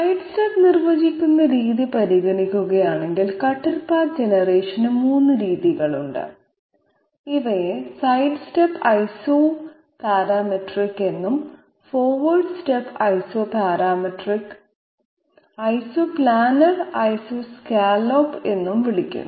side step നിർവചിക്കുന്ന രീതി പരിഗണിക്കുകയാണെങ്കിൽ കട്ടർ പാത്ത് ജനറേഷന് 3 രീതികളുണ്ട് ഇവയെ സൈഡ് സ്റ്റെപ്പ് ഐസോപാരാമെട്രിക് എന്നും forward step isoparametric isoplanar isoscallop എന്നും വിളിക്കുന്നു